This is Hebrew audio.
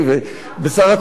ובסך הכול,